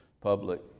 public